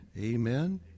Amen